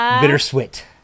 bittersweet